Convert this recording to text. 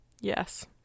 Yes